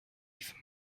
steven